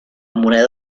moneda